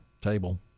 table